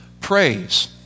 Praise